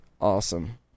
Awesome